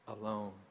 alone